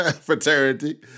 fraternity